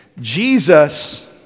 Jesus